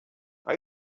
are